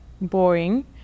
boring